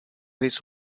his